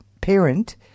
parent